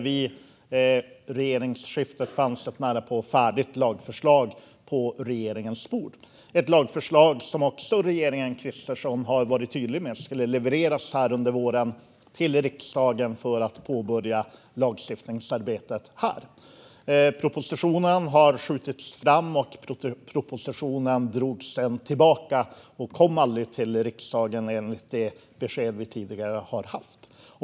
Vid regeringsskiftet fanns ett närapå färdigt lagförslag på regeringens bord, ett lagförslag som även regeringen Kristersson varit tydlig med ska levereras till riksdagen under våren för att påbörja lagstiftningsarbetet här. Propositionen sköts framåt. Propositionen drogs sedan tillbaka och kom aldrig till riksdagen enligt det besked vi tidigare fått.